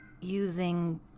using